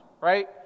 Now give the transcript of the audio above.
right